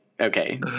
Okay